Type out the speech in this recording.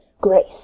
grace